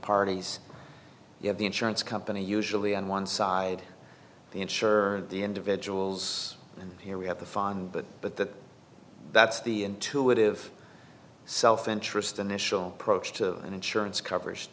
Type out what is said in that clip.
parties you have the insurance company usually on one side the insurer the individuals and here we have the fun but but the that's the intuitive self interest initial approach to an insurance cover